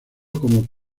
como